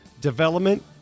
development